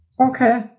Okay